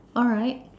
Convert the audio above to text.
alright